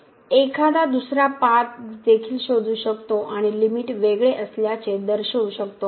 एखादा दुसरा पाथ देखील शोधू शकतो आणि लिमिट वेगळे असल्याचे दर्शवू शकतो